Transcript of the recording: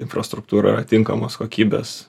infrastruktūra tinkamos kokybės